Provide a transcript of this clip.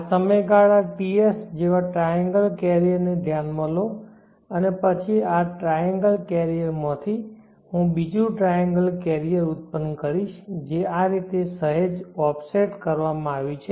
આ સમયગાળા Ts જેવા ટ્રાયેન્ગલ કેરિયર ને ધ્યાનમાં લો અને પછી આ ટ્રાયેન્ગલ કેરિયર માંથી હું બીજું ટ્રાયેન્ગલ કેરિયર ઉત્પન્ન કરીશ જે આ રીતે સહેજ ઓફસેટ કરવામાં આવ્યું છે